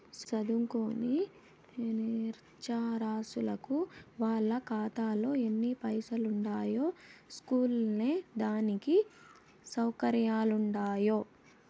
సదుంకోని నిరచ్చరాసులకు వాళ్ళ కాతాలో ఎన్ని పైసలుండాయో సూస్కునే దానికి సవుకర్యాలుండవ్